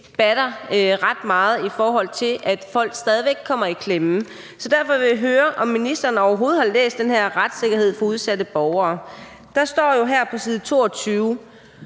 batter ret meget, og at folk stadig væk kommer i klemme. Så derfor vil jeg høre, om ministeren overhovedet har læst den her rapport »Retssikkerhed for udsatte borgere«. Der står jo her på side 22: